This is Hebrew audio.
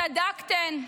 צדקתן.